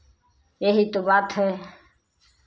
यही तो बात है